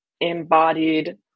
embodied